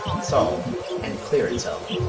solve and clear itself.